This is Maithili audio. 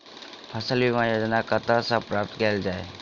फसल बीमा योजना कतह सऽ प्राप्त कैल जाए?